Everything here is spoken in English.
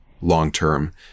long-term